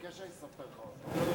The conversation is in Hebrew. תבקש שאני אספר לך אותו.